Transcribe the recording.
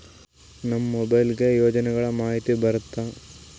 ನಮ್ ಮೊಬೈಲ್ ಗೆ ಯೋಜನೆ ಗಳಮಾಹಿತಿ ಬರುತ್ತ?